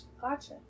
Gotcha